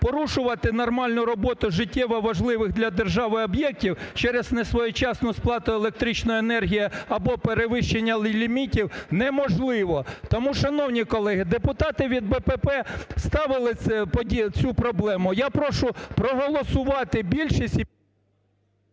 порушувати нормальну роботу життєво важливих для держави об'єктів через несвоєчасну сплату електричної енергії або перевищення лімітів – неможливо. Тому, шановні колеги, депутати від БПП ставили це... цю проблему. Я прошу проголосувати більшість